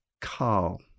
Carl